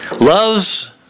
Love's